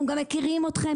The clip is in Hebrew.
אנחנו גם מכירים אתכם,